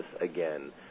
again